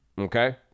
Okay